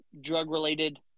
drug-related